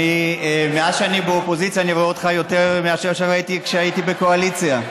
מאז שאני באופוזיציה אני רואה אותך יותר מאשר כשהייתי בקואליציה.